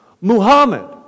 Muhammad